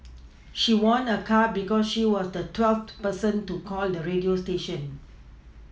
she won a car because she was the twelfth person to call the radio station